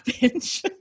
bench